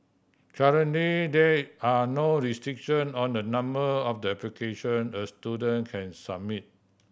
currently there are no restriction on the number of the application a student can submit